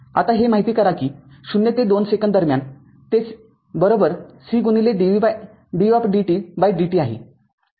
आता हे माहिती करा कि ० ते २ सेकंद दरम्यान ते c dvdt आहे